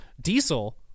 Diesel